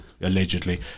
allegedly